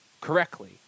correctly